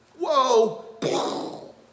Whoa